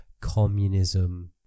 communism